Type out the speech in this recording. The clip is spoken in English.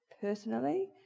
personally